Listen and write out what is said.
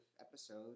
episode